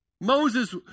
Moses